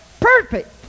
perfect